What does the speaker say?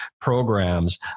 programs